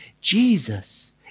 Jesus